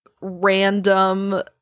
random